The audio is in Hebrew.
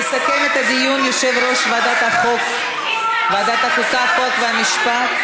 יסכם את הדיון יושב-ראש ועדת החוקה, חוק ומשפט.